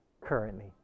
currently